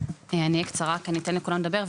אני אהיה קצרה כדי לתת לכולם לדבר,